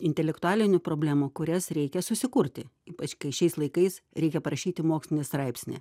intelektualinių problemų kurias reikia susikurti ypač kai šiais laikais reikia parašyti mokslinį straipsnį